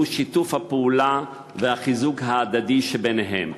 והוא שיתוף הפעולה והחיזוק ההדדי ביניהם,